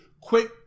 quick